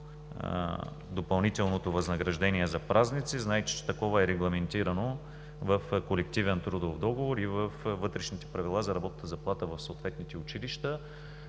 допълнителното възнаграждение за празници, знаете, че такова е регламентирано в колективен трудов договор и във вътрешните правила за работната заплата в съответните училища.